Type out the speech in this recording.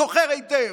אני זוכר היטב.